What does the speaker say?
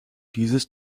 dieses